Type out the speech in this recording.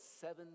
seven